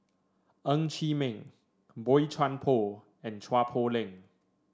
Ng Chee Meng Boey Chuan Poh and Chua Poh Leng